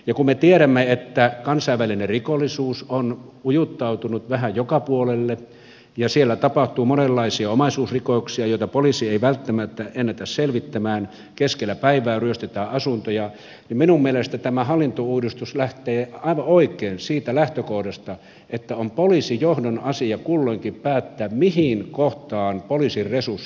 kun me tiedämme että kansainvälinen rikollisuus on ujuttautunut vähän joka puolelle ja tapahtuu monenlaisia omaisuusrikoksia joita poliisi ei välttämättä ennätä selvittämään keskellä päivää ryöstetään asuntoja niin minun mielestäni tämä hallintouudistus lähtee aivan oikein siitä lähtökohdasta että on poliisijohdon asia kulloinkin päättää mihin kohtaan poliisin resurssit kohdennetaan